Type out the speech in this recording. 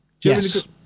Yes